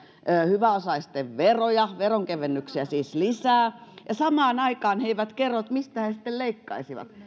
hyväosaisten veroja veronkevennyksiä siis lisää ja samaan aikaan he eivät kerro mistä he sitten leikkaisivat